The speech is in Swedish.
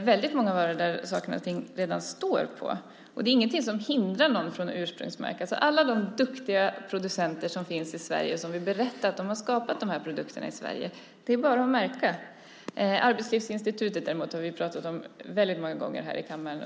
väldigt många varor som saker och ting redan står på. Det är ingenting som hindrar någon från att ursprungsmärka. För alla de duktiga producenter som finns i Sverige och som vill berätta att de har skapat de här produkterna i Sverige är det bara att märka. Arbetslivsinstitutet däremot har vi pratat om väldigt många gånger här i kammaren.